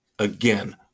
Again